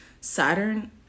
Saturn